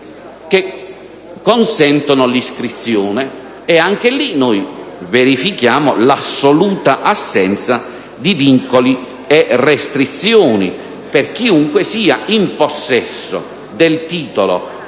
che consentono l'iscrizione. Anche in questo caso verifichiamo l'assoluta assenza di vincoli e restrizioni per chiunque sia in possesso del titolo